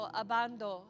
abando